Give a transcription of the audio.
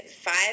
five